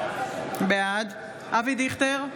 בעד אבי דיכטר,